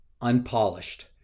unpolished